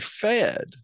fed